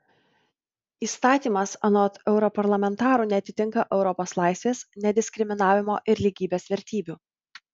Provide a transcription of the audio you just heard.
įstatymas anot europarlamentarų neatitinka europos laisvės nediskriminavimo ir lygybės vertybių